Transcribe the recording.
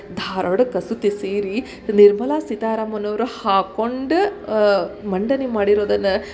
ಧಾರವಾಡ ಕಸೂತಿ ಸೀರೆ ನಿರ್ಮಲಾ ಸೀತಾರಾಮನ್ ಅವರು ಹಾಕ್ಕೊಂಡು ಮಂಡನೆ ಮಾಡಿರೋದನ್ನು